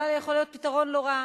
זה יכול להיות פתרון לא רע,